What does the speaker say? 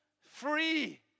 free